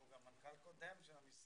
נמצא כאן גם המנכ"ל הקודם של המשרד,